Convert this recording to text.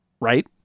Right